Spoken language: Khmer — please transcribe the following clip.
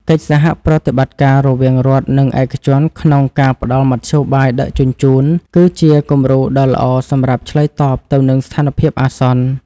កិច្ចសហប្រតិបត្តិការរវាងរដ្ឋ និងឯកជនក្នុងការផ្តល់មធ្យោបាយដឹកជញ្ជូន គឺជាគំរូដ៏ល្អសម្រាប់ឆ្លើយតបទៅនឹងស្ថានភាពអាសន្ន។